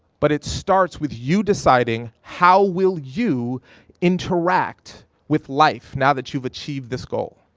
but it starts with you deciding how will you interact with life now that you've achieved this goal?